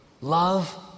love